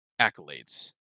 accolades